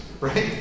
right